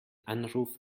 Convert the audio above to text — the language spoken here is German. anruf